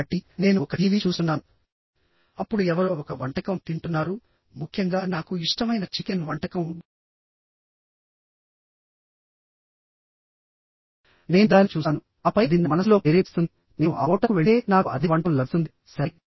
కాబట్టి నేను ఒక టీవీ చూస్తున్నాను అప్పుడు ఎవరో ఒక వంటకం తింటున్నారు ముఖ్యంగా నాకు ఇష్టమైన చికెన్ వంటకం నేను దానిని చూస్తాను ఆపై అది నా మనస్సులో ప్రేరేపిస్తుంది నేను ఆ హోటల్కు వెళితే నాకు అదే వంటకం లభిస్తుంది సరే